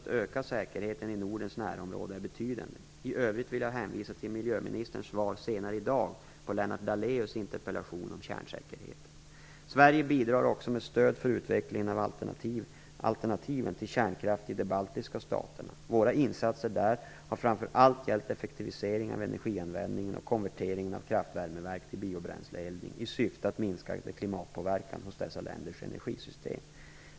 Nordens närområde är betydande. I övrigt vill jag hänvisa till miljöministerns svar senare i dag på Lennart Daléus interpellation om kärnsäkerheten. Sverige bidrar också med stöd för utvecklingen av alternativen till kärnkraft i de baltiska staterna. Våra insatser där har framför allt gällt effektivisering av energianvändningen och konvertering av kraftvärmeverk till biobränsleeldning i syfte att minska klimatpåverkan av dessa länders energisystem.